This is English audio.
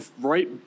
right